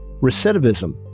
Recidivism